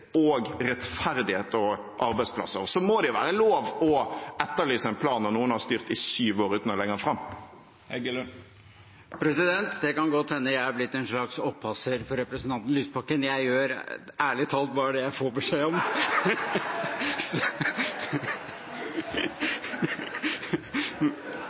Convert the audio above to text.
rettferdighet og arbeidsplasser. Og det må være lov å etterlyse en plan når noen har styrt i syv år uten å legge den fram. Det kan godt hende jeg har blitt en slags oppasser for representanten Lysbakken. Jeg gjør ærlig talt bare det jeg får beskjed om